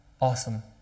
awesome